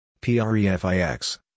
PREFIX